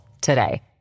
today